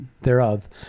thereof